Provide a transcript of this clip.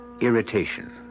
irritation